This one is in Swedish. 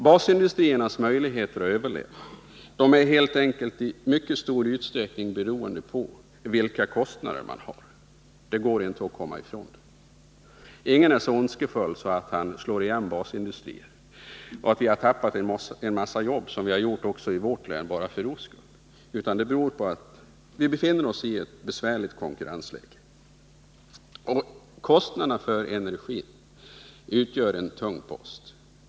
Basindustriernas möjligheter att överleva är helt enkelt i mycket stor utsträckning beroende på vilka kostnader de har. Det går inte att komma ifrån detta faktum. Ingen är så ondskefull att han vill slå igen basindustrier, och ingen vidtar åtgärder så att vi såsom i vårt län förlorar en massa jobb bara för ro skull, utan de svårigheter vi har beror på att vi befinner oss i ett besvärligt konkurrensläge. Kostnaderna för energin utgör en tung post för basindustrierna.